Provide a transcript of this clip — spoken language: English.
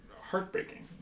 heartbreaking